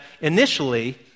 initially